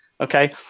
okay